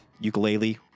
ukulele